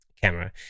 camera